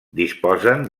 disposen